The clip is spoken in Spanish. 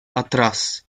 atrás